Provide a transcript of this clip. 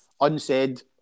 unsaid